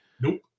Nope